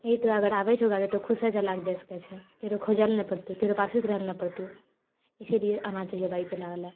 यहि तोरा अगर आबै छौ गाड़ी तऽ खुदसँ चलाइके जाइ सकै छैं केकरो खोजैले नहि पड़तौ केकरो पर आश्रित रहैले नहि पड़तौ इसिलिए आना चाहिए बाइक चलावै लए